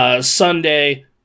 Sunday